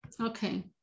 Okay